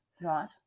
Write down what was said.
Right